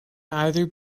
either